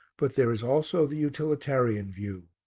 but there is also the utilitarian view,